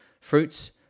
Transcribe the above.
fruits